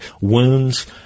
wounds